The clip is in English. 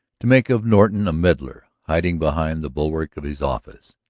to make of norton a meddler hiding behind the bulwark of his office,